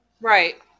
Right